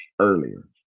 earlier